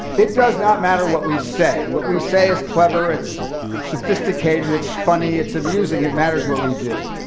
it does not matter what we say. what we say is clever, it's sophisticated, it's funny, it's amusing. it matters what we do.